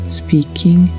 speaking